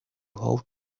how